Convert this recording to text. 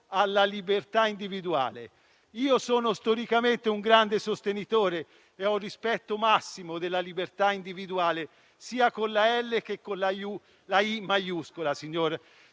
alla libertà individuale. Io sono storicamente un grande sostenitore e ho un rispetto massimo della libertà individuale, sia con la "L" che con la "I" maiuscola, signor